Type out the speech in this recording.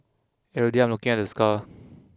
every day I'm looking at the scar